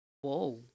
Whoa